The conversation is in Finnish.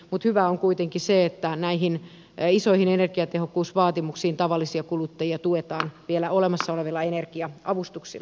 mutta hyvää on kuitenkin se että näissä isoissa energiatehokkuusvaatimuksissa tavallisia kuluttajia tuetaan vielä olemassa olevilla energia avustuksilla